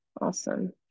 awesome